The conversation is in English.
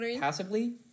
passively